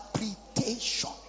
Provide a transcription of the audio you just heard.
interpretation